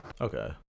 Okay